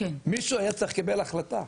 מישהו היה צריך לקבל החלטה,